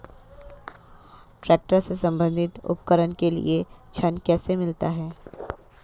Tractor से संबंधित उपकरण के लिए ऋण कैसे मिलता है?